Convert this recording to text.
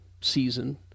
season